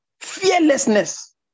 Fearlessness